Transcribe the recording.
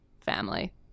family